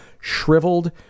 shriveled